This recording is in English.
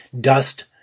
dust